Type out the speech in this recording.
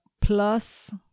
plus